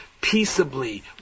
peaceably